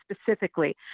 specifically